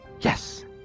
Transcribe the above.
yes